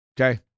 okay